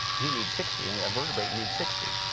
you need sixty. and a vertebrae needs sixty.